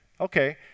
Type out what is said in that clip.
Okay